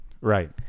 Right